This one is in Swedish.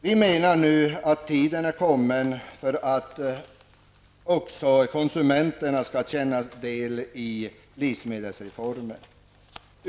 Vi menar att den tid är kommen då också konsumenterna måste få del av livsmedelsreformen.